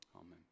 amen